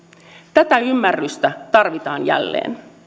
tätä ymmärrystä tarvitaan jälleen